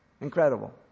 Incredible